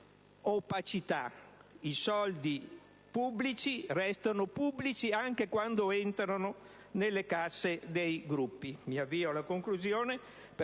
opacità. I soldi pubblici restano tali anche quando entrano nelle casse dei Gruppi.